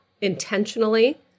intentionally